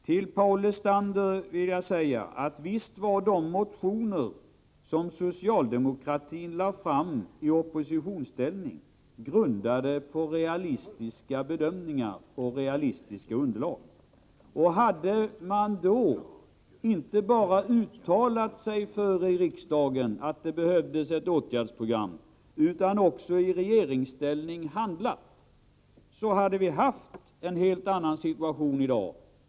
Till Paul Lestander vill jag säga att de motioner som socialdemokratin väckte i oppositionsställning visst var grundade på realistiska bedömningar och underlag. Hade man då inte bara i riksdagen uttalat sig för att det behövdes ett åtgärdsprogram utan också i regeringen handlat, hade vi i dag haft en helt annan situation.